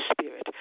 Spirit